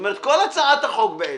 כל הצעת החוק בעצם,